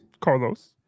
carlos